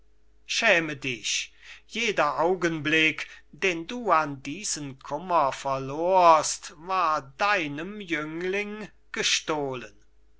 schäme dich jeder augenblick den du an diesen kummer verlorst war deinem jüngling gestohlen